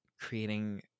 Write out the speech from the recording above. creating